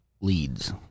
leads